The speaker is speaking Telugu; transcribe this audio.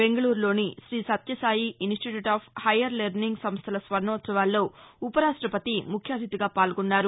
బెంగళూరులోని రీసత్యసాయి ఇనిస్టిట్యూట్ ఆఫ్ హయ్యర్ లెర్నింగ్ సంస్లల స్వర్ణోత్సవాల్లో ఉపరాష్టపతి ముఖ్య అతిథిగా పాల్గొన్నారు